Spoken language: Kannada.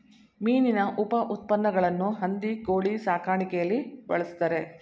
ಮೀನಿನ ಉಪಉತ್ಪನ್ನಗಳನ್ನು ಹಂದಿ ಕೋಳಿ ಸಾಕಾಣಿಕೆಯಲ್ಲಿ ಬಳ್ಸತ್ತರೆ